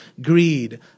greed